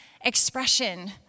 expression